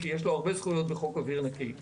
כי יש לו הרבה זכויות בחוק אוויר נקי.